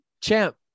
champ